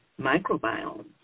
microbiome